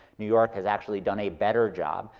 new york has actually done a better job.